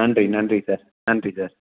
நன்றி நன்றி சார் நன்றி சார்